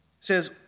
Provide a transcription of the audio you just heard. says